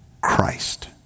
Christ